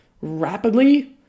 rapidly